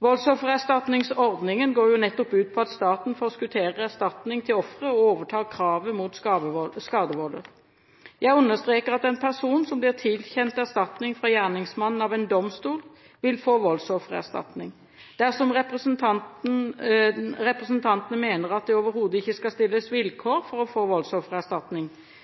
Voldsoffererstatningsordningen går jo nettopp ut på at staten forskutterer erstatning til ofre og overtar kravet mot skadevolder. Jeg understreker at en person som blir tilkjent erstatning fra gjerningsmannen av en domstol, vil få voldsoffererstatning. Dersom representantene mener at det overhodet ikke skal stilles vilkår for å få voldsoffererstatning,